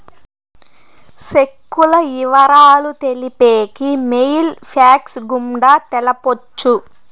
సెక్కుల ఇవరాలు తెలిపేకి మెయిల్ ఫ్యాక్స్ గుండా తెలపొచ్చు